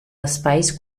espais